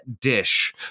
dish